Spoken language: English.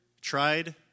tried